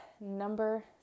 number